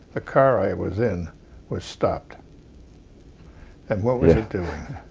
ah car i was in was stopped and what was it doing?